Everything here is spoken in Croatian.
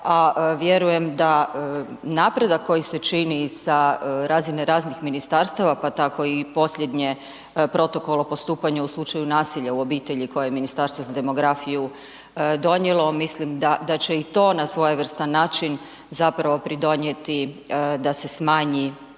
a vjerujem da napredak koji se čini sa razine raznih ministarstava pa tako i posljednje Protokola o postupanju u slučaju nasilja u obitelji koje je Ministarstvo za demografiju donijelo, mislim da će i to na svojevrstan način zapravo pridonijeti da se smanji